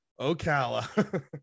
Ocala